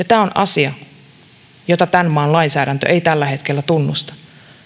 tämä on asia jota tämän maan lainsäädäntö ei tällä hetkellä tunnusta